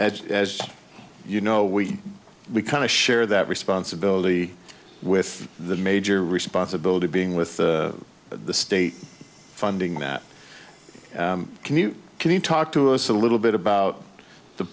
as as you know we we kind of share that responsibility with the major responsibility being with the state funding that can you can you talk to us a little bit about the